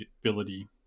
ability